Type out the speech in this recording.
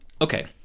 Okay